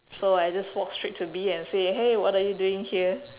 so I just walked straight to B and say hey what are you doing here